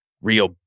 real